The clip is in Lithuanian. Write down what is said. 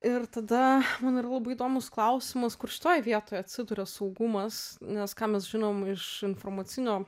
ir tada man yra labai įdomus klausimas kur šitoj vietoj atsiduria saugumas nes ką mes žinom iš informacinio